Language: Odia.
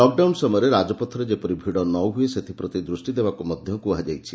ଲକ୍ଡାଉନ୍ ସମୟରେ ରାଜପଥରେ ଯେପରି ଭିଡ଼ ନ ହୁଏ ସେଥିପ୍ରତି ଦୃଷ୍କ ଦେବାକ ମଧ କୁହାଯାଇଛି